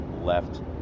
left